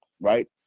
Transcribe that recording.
right